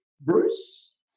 Bruce